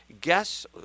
Guess